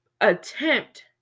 attempt